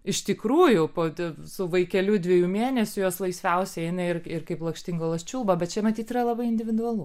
iš tikrųjų pati su vaikeliu dviejų mėnesių jos laisviausiai eina ir ir kaip lakštingalos čiulba bet čia matyt yra labai individualu